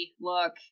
Look